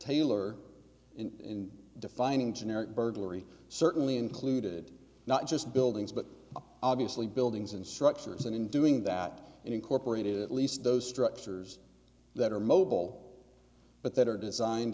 taylor in defining generic burglary certainly included not just buildings but obviously buildings and structures and in doing that incorporated at least those structures that are mobile but that are designed